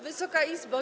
Wysoka Izbo!